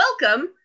Welcome